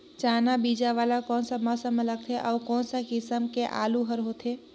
चाना बीजा वाला कोन सा मौसम म लगथे अउ कोन सा किसम के आलू हर होथे?